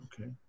Okay